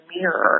mirror